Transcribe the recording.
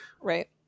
right